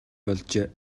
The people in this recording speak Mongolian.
болжээ